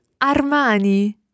Armani